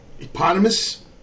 Eponymous